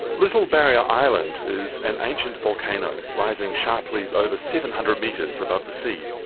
little barrier island is an ancient volcano, rising sharply over seven hundred metres above the sea.